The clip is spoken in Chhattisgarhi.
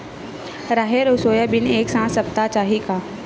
राहेर अउ सोयाबीन एक साथ सप्ता चाही का?